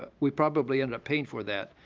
but we probably ended up paying for that,